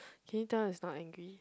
can you tell it's not angry